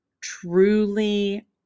truly